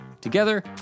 Together